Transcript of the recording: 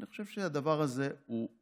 אני חושב שהדבר הזה שווה